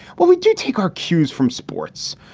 well, we do take our cues from sports.